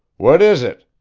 what is it?